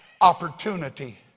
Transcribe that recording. opportunity